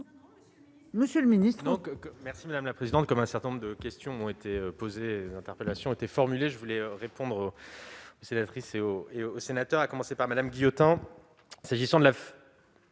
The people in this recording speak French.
Monsieur le ministre,